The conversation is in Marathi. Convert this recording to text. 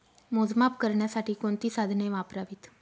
मोजमाप करण्यासाठी कोणती साधने वापरावीत?